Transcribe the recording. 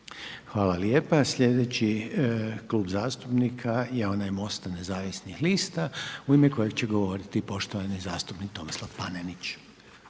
Hvala lijepo. Sljedeći Klub zastupnika je onaj GLAS-a i HSU-a u ime kojega će govoriti poštovani zastupnik Silvano